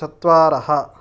चत्वारः